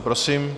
Prosím.